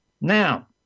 Now